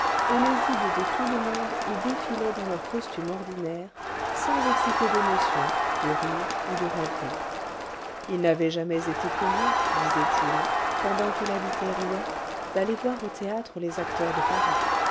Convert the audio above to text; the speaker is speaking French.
et les idées de tout le monde y défilaient dans leur costume ordinaire sans exciter d'émotion de rire ou de rêverie il n'avait jamais été curieux disait-il pendant qu'il habitait rouen d'aller voir au théâtre les acteurs de paris